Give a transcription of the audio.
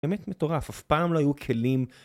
באמת מטורף, אף פעם לא היו כלים.